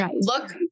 Look